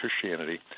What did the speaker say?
Christianity